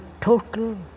total